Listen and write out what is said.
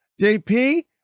JP